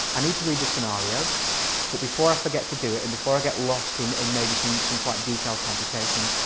i need to read the scenario but before i forget to do it or and before i get lost in in maybe some some quite detailed computations,